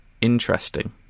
interesting